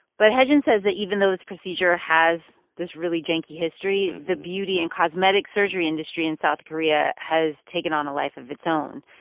but heijin says that even this procedure has this really janky history, the beauty and cosmetic surgery industry in south korea has taken on a life of its own.